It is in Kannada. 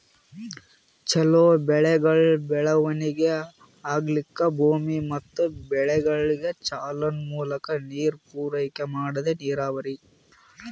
ಛಲೋ ಬೆಳೆಗಳ್ ಬೆಳವಣಿಗಿ ಆಗ್ಲಕ್ಕ ಭೂಮಿ ಮತ್ ಬೆಳೆಗಳಿಗ್ ಚಾನಲ್ ಮೂಲಕಾ ನೀರ್ ಪೂರೈಕೆ ಮಾಡದೇ ನೀರಾವರಿ